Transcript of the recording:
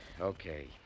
Okay